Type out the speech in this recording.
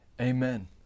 amen